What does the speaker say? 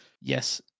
yes—